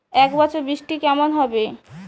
এবছর বৃষ্টি কেমন হবে?